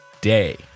day